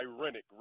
ironic